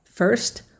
First